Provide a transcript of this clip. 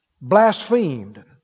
blasphemed